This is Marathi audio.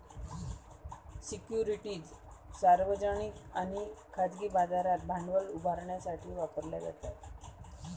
सिक्युरिटीज सार्वजनिक आणि खाजगी बाजारात भांडवल उभारण्यासाठी वापरल्या जातात